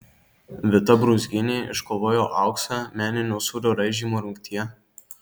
vita brūzgienė iškovojo auksą meninio sūrio raižymo rungtyje